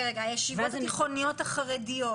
הישיבות התיכוניות החרדיות.